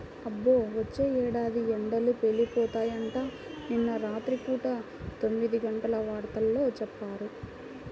అబ్బో, వచ్చే ఏడాది ఎండలు పేలిపోతాయంట, నిన్న రాత్రి పూట తొమ్మిదిగంటల వార్తల్లో చెప్పారు